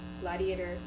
Gladiator